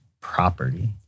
property